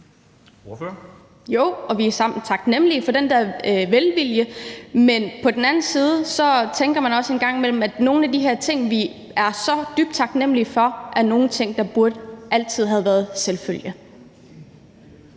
(SIU): Jo, og vi er taknemlige for den velvilje, men på den anden side tænker man også en gang imellem, at nogle af de ting, vi er så dybt taknemlige for, er ting, der burde have været en selvfølge